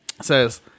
says